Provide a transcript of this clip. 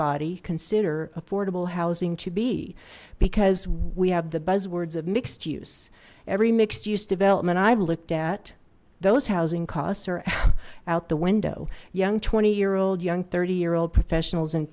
body consider affordable housing to be because we have the buzzwords of mixed use every mixed use development i've looked at those housing costs are out the window young twenty year old young thirty year old professionals and